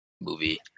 movie